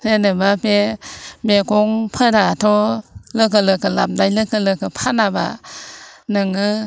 जेनेबा बे मैगंफोराथ' लोगो लोगो लाबोनाय लोगो लोगो फानाबा नोङो